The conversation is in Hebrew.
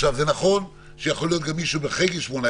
זה נכון שיכול להיות מישהו בגיל 18